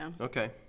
Okay